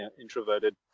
introverted